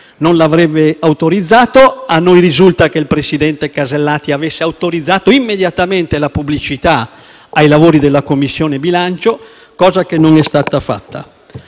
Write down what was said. non l'avrebbe autorizzato. A noi risulta che il presidente Alberti Casellati avesse autorizzato immediatamente la pubblicità dei lavori della Commissione bilancio, cosa che non è stata fatta.